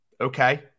Okay